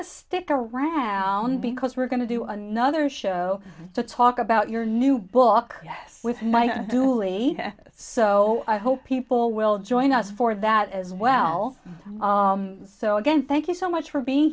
to stick around because we're going to do another show to talk about your new book with mike dooley so i hope people will join us for that as well so again thank you so much for being